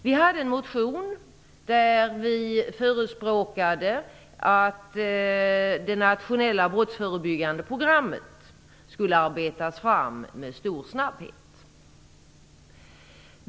Vi hade en motion där vi förespråkade att det nationella brottsförebyggande programmet skulle arbetas fram med stor snabbhet.